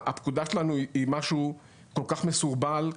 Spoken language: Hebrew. הפקודה שלנו היא משהו כל כך מסורבל,